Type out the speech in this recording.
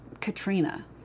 Katrina